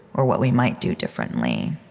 or what we might do differently,